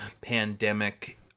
pandemic